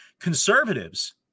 Conservatives